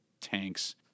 tanks